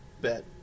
Bet